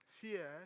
Fear